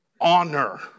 honor